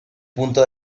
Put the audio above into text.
punto